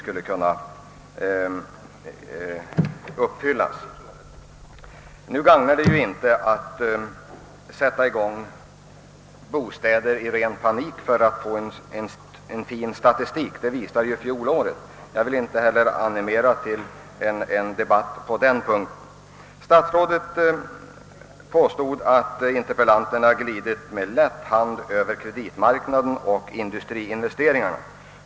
Det tjänar ingenting till att sätta i gång byggande av bostäder i ren panik för att få en fin statistik; det visar ju fjolåret. Jag vill inte heller animera till en debatt på den punkten. Statsrådet påstod att interpellanterna glidit med lätt hand över frågorna om kreditmarknaden och industriinvesteringarna.